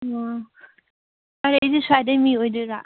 ꯑꯣ ꯁ꯭ꯋꯥꯏꯗꯒꯤ ꯃꯤ ꯑꯣꯏꯗꯣꯏꯔꯥ